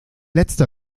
letzte